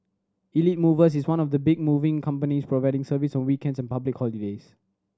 Elite Movers is one of the big moving companies providing service on weekends and public holidays